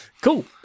cool